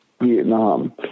Vietnam